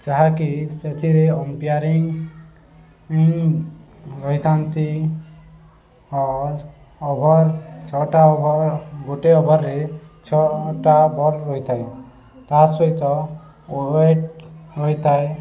ଯାହାକି ସେଥିରେ ଅମ୍ପିଆାରିଂ ରହିଥାନ୍ତି ଆଉ ଓଭର ଛଅଟା ଓଭର ଗୋଟେ ଓଭରରେ ଛଅଟା ବଲ୍ ରହିଥାଏ ତା ସହିତ ୱେଟ ରହିଥାଏ